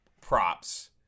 props